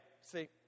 see